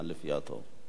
לפי התור.